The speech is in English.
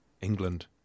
England